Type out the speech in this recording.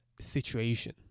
situation